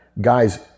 guys